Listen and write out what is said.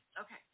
Okay